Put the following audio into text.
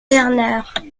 bernard